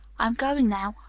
i'm going now.